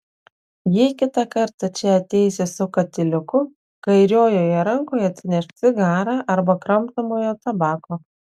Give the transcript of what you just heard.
jei kitą kartą čia ateisi su katiliuku kairiojoje rankoje atsinešk cigarą arba kramtomojo tabako